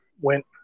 went